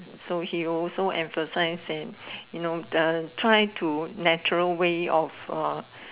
so he also emphasise that you know the try to natural way of uh